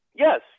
Yes